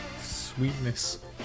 Sweetness